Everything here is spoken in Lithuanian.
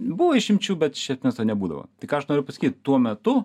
buvo išimčių bet iš esmės to nebūdavo tai ką aš noriu pasakyt tuo metu